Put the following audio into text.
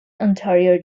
ontario